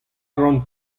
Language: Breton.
ran